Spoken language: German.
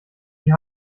die